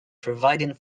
providing